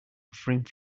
offering